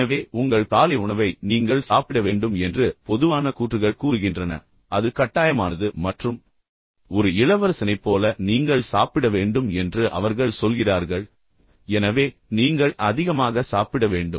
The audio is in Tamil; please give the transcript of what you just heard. எனவே உங்கள் காலை உணவை நீங்கள் சாப்பிட வேண்டும் என்று பொதுவான கூற்றுகள் கூறுகின்றன அது கட்டாயமானது மற்றும் ஒரு இளவரசனைப் போல நீங்கள் சாப்பிட வேண்டும் என்று அவர்கள் சொல்கிறார்கள் எனவே நீங்கள் அதிகமாக சாப்பிட வேண்டும்